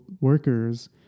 workers